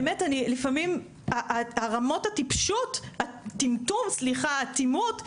באמת אני לפעמים הרמות הטיפשות הטמטום סליחה אטימות,